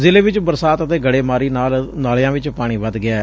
ਜ਼ਿਲੇ ਵਿਚ ਬਰਸਾਤ ਅਤੇ ਗੜੇਮਾਰੀ ਨਾਲ ਨਾਲਿਆ ਚ ਪਾਣੀ ਵੱਧ ਗਿਐ